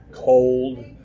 Cold